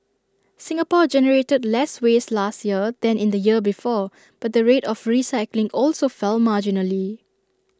Singapore generated less waste last year than in the year before but the rate of recycling also fell marginally